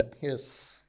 yes